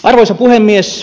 arvoisa puhemies